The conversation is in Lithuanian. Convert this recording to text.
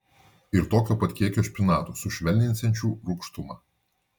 ir tokio pat kiekio špinatų sušvelninsiančių rūgštumą